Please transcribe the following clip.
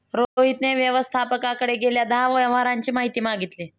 रोहितने व्यवस्थापकाकडे गेल्या दहा व्यवहारांची माहिती मागितली